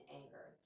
anger